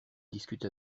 discutent